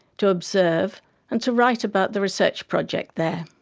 to observe and to write about the research project there.